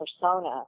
persona